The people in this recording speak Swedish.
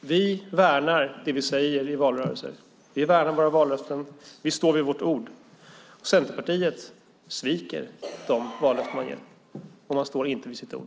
Vi värnar det vi säger i valrörelsen. Vi värnar våra vallöften. Vi står vid vårt ord. Centerpartiet sviker de vallöften man ger, och man står inte vid sitt ord.